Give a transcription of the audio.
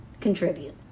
contribute